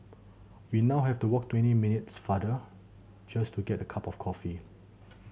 we now have to walk twenty minutes farther just to get a cup of coffee